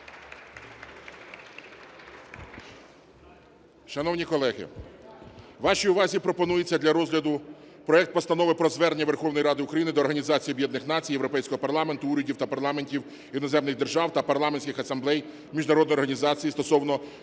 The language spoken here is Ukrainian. Шановні колеги! Вашій увазі пропонується для розгляду проект Постанови про Звернення Верховної Ради України до Організації Об'єднаних Націй, Європейського Парламенту, урядів та парламентів іноземних держав та парламентських асамблей міжнародної організації стосовно